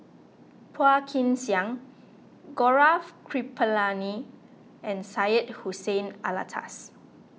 Phua Kin Siang Gaurav Kripalani and Syed Hussein Alatas